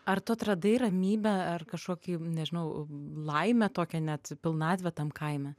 ar tu atradai ramybę ar kažkokį nežinau laimę tokią net pilnatvę tam kaime